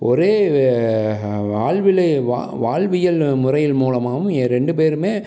ஒரே வாழ்விலே வா வாழ்வியல் முறையில் மூலமாகவும் ஏ ரெண்டு பேருமே